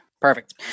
perfect